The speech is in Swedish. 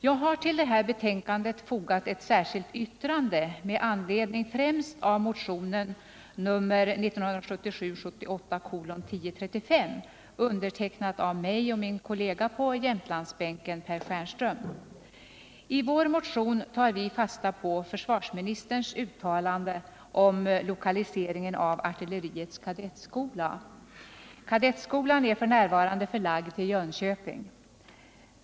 Jag har till detta betänkande fogat ett särskilt yttrande med anledning främst av motionen 1977/78:1035, undertecknad av mig och min kollega på Jämtlandsbänken, Per Stjernström. I vår motion tar vi fasta på försvarsministerns uttalande om lokaliseringen av artilleriets kadettskola. Kadettskolan är f.n. förlagd till Jönköping.